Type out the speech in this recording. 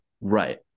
Right